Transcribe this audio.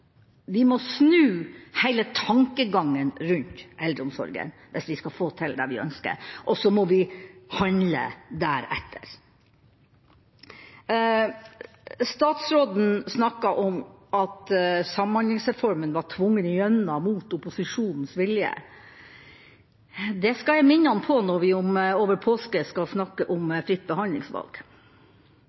vi ønsker, og så må vi handle deretter. Statsråden snakket om at Samhandlingsreformen var tvunget gjennom mot opposisjonens vilje. Det skal jeg minne ham på når vi over påske skal snakke om fritt behandlingsvalg.